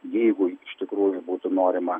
jeigu iš tikrųjų būtų norima